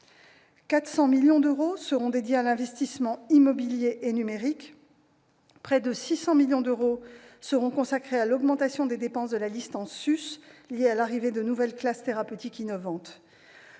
400 millions d'euros seront dédiés à l'investissement immobilier et numérique. Près de 600 millions d'euros seront consacrés à l'augmentation des dépenses de la liste en sus, liée à l'arrivée des nouvelles classes thérapeutiques innovantes.